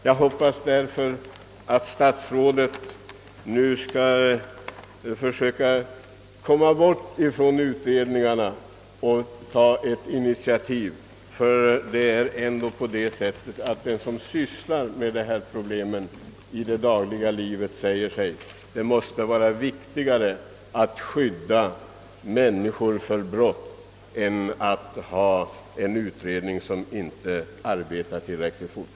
Jag hoppas därför att statsrådet nu skall försöka bortse från utredningar och ta ett initiativ. Den som i det dagliga livet sysslar med dessa problem måste säga sig att det är viktigare att skydda människor för brott än att ha en utredning som inte arbetar tillräckligt snabbt.